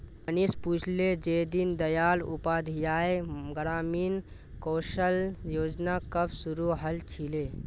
मनीष पूछले जे दीन दयाल उपाध्याय ग्रामीण कौशल योजना कब शुरू हल छिले